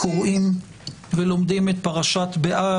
אנחנו קוראים ולומדים את פרשת "בהר",